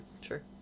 Sure